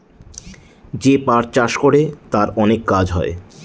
যে পাট চাষ করে তার অনেক কাজ হয়